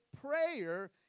prayer